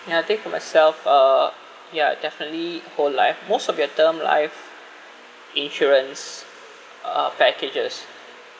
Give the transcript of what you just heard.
and I think for myself uh ya definitely whole life most of their term life insurance uh packages